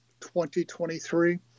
2023